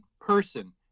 person